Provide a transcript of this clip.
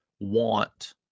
want